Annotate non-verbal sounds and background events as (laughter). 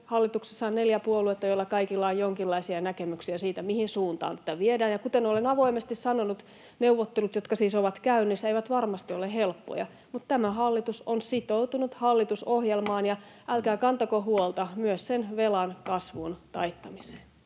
hallituksessa on neljä puoluetta, joilla kaikilla on jonkinlaisia näkemyksiä siitä, mihin suuntaan tätä viedään. Kuten olen avoimesti sanonut, neuvottelut, jotka siis ovat käynnissä, eivät varmasti ole helppoja, mutta tämä hallitus on sitoutunut hallitusohjelmaan ja (noise) — älkää kantako huolta — myös sen velan kasvun taittamiseen.